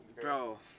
Bro